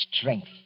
strength